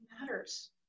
matters